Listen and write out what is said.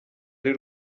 ari